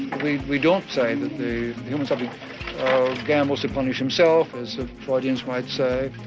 we don't say that the human subject gambles to punish himself as the freudians might say,